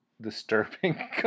disturbing